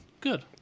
Good